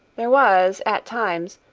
there was, at times,